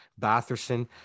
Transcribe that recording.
Batherson